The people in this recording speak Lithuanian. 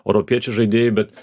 europiečių žaidėjai bet